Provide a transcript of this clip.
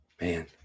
man